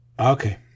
Okay